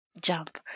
jump